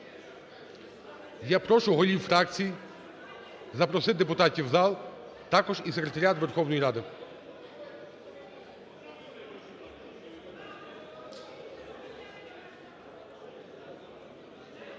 Я прошу голів фракцій запросити депутатів у зал, також і секретаріат Верховної Ради.